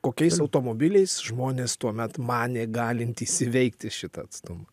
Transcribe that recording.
kokiais automobiliais žmonės tuomet manė galintys įveikti šitą atstumą